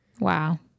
Wow